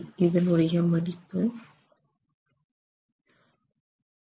இதனுடைய மதிப்பு 38